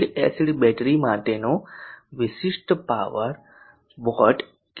lead acid battery માટેનો વિશિષ્ટ power watt કિગ્રા 100 છે